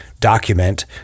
Document